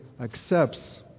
accepts